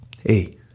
Hey